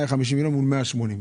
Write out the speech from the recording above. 250 מיליון מול 180 מיליון.